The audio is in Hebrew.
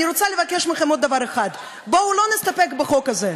אני רוצה לבקש מכם עוד דבר אחד: בואו לא נסתפק בחוק הזה,